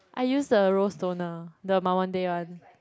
I use the rose toner the my one day [one]